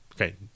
okay